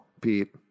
Pete